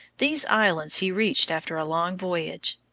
these islands he reached after a long voyage,